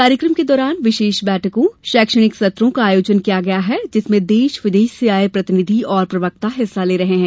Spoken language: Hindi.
कार्यक्रम के दौरान विशेष बैठकों शैक्षणिक सत्रों का आयोजन किया गया है जिसमें देश विदेश से आए प्रतिनिधि एवं प्रवक्ता हिस्सा ले रहे हैं